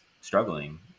struggling